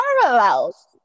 parallels